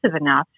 enough